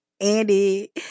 andy